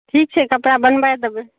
ठीक छै कपड़ा बनबाए देबै